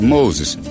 Moses